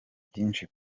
byinshi